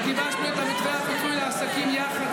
וגיבשנו את מתווה הפיצוי לעסקים יחד,